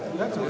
Hvala.